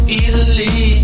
easily